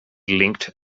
linked